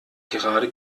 gerade